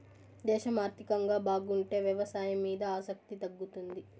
దేశం ఆర్థికంగా బాగుంటే వ్యవసాయం మీద ఆసక్తి తగ్గుతుంది